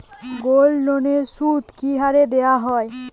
গোল্ডলোনের সুদ কি হারে দেওয়া হয়?